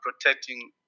protecting